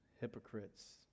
hypocrites